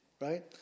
right